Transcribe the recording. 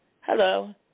hello